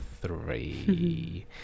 Three